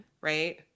right